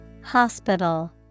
Hospital